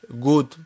good